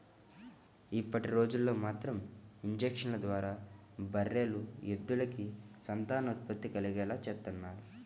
ఇప్పటిరోజుల్లో మాత్రం ఇంజక్షన్ల ద్వారా బర్రెలు, ఎద్దులకి సంతానోత్పత్తి కలిగేలా చేత్తన్నారు